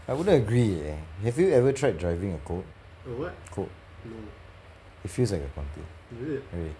I wouldn't agree eh have you ever tried driving a colt colt it feels like a conti really